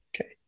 Okay